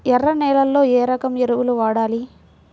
ఎర్ర నేలలో ఏ రకం ఎరువులు వాడాలి?